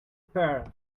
pearl